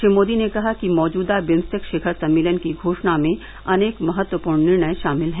श्री मोदी ने कहा कि मौजूदा बिम्स्टेक शिखर सम्मेलन की घोषणा में अनेक महत्वपूर्ण निर्णय शामिल हैं